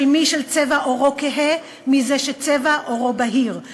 של מי שצבע עורו כהה משל זה שצבע עורו בהיר,